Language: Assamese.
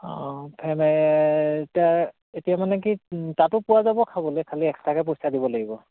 এতিয়া মানে কি তাতো পোৱা যাব খাবলে খালি এক্সট্ৰাকে পইচা দিব লাগিব